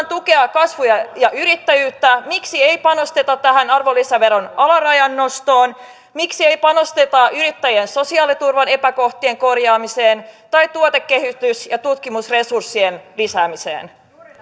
tukea kasvua ja yrittäjyyttä miksi ei panosteta tähän arvonlisäveron alarajan nostoon ja miksi ei panosteta yrittäjien sosiaaliturvan epäkohtien korjaamiseen tai tuotekehitys ja tutkimusresurssien lisäämiseen